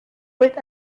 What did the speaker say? with